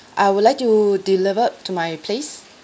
I would like to delivered to my place